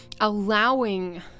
allowing